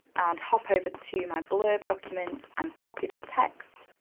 and hop over to my blurb document and copy that text.